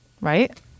right